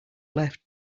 left